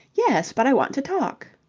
yes, but i want to talk.